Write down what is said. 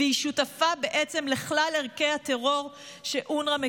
והיא שותפה בעצם לכלל ערכי הטרור שאונר"א מקדמת.